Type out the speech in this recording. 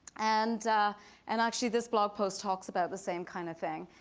and and actually, this blog post talks about the same kind of thing.